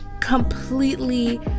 completely